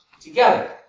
together